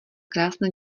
krásné